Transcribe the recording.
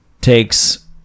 takes